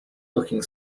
looking